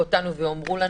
זה.